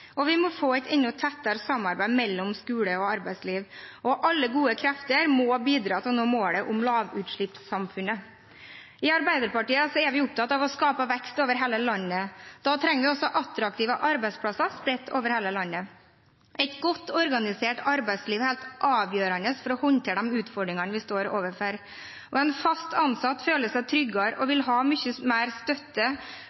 og vi må få et enda tettere samarbeid mellom skole og arbeidsliv. Alle gode krefter må bidra til å nå målet om lavutslippssamfunnet. I Arbeiderpartiet er vi opptatt av å skape vekst over hele landet. Da trenger vi også attraktive arbeidsplasser spredt over hele landet. Et godt organisert arbeidsliv er helt avgjørende for å håndtere de utfordringene vi står overfor. En fast ansatt føler seg tryggere og